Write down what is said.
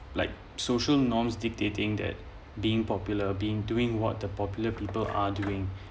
like social norms dictating that being popular being doing what the popular people are doing